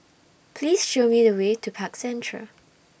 Please Show Me The Way to Park Central